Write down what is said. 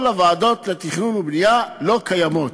כל הוועדות לתכנון ובנייה לא קיימות.